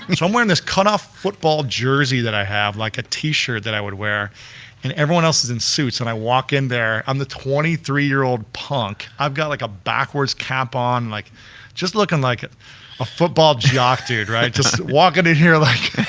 and so i'm wearing this cut-off football jersey that i have, like a t-shirt that i would wear and everyone else is in suits. and i walk in there, i'm the twenty three year old punk, i've got like a backwards cap on, like just looking like a football jock dude, right, just walking and in here like, yeah.